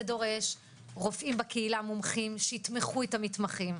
זה דורש רופאים מומחים בקהילה שיתמכו את המתמחים,